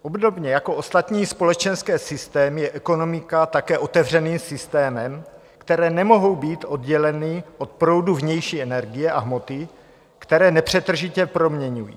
Obdobně jako ostatní společenské systémy je ekonomika také otevřeným systémem, které nemohou být odděleny od proudu vnější energie a hmoty, které nepřetržitě proměňují.